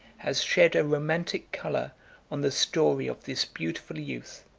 has shed a romantic color on the story of this beautiful youth.